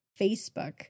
Facebook